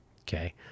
Okay